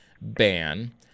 ban